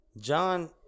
John